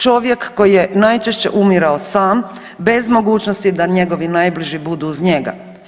Čovjek koji je najčešće umirao sam, bez mogućnosti da njegovi najbliži budu uz njega.